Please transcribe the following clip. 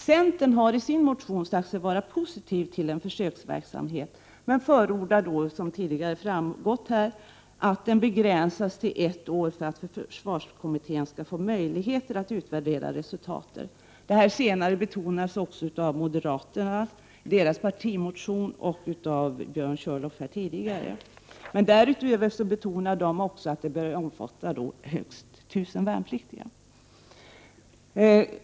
Centern ställer sig i sin motion positiv till en försöksverksamhet, men förordar att den begränsas till ett år för att försvarskommittén skall få möjlighet att utvärdera resultatet. Det senare betonas också i moderaternas partimotion, och det framhölls också här tidigare av Björn Körlof. Moderaterna betonar därutöver att försöken bör omfatta högst 1 000 värnpliktiga.